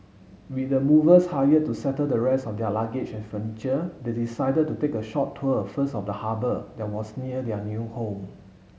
with the movers hired to settle the rest of their luggage and furniture they decided to take a short tour first of the harbour that was near their new home